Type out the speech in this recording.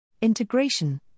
Integration